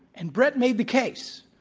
and bret made the case,